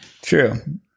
True